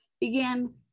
began